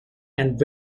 and